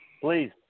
Please